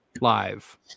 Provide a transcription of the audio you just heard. Live